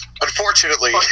unfortunately